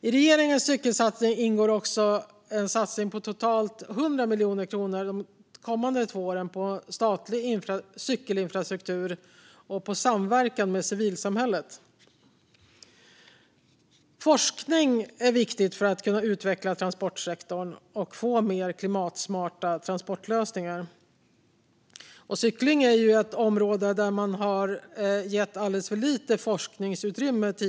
I regeringens cykelsatsning ingår också en satsning på totalt 100 miljoner de kommande två åren på statlig cykelinfrastruktur och på samverkan med civilsamhället. Forskning är viktigt för att kunna utveckla transportsektorn och få mer klimatsmarta transportlösningar. Cykling är ett område som traditionellt sett har getts alldeles för lite forskningsutrymme.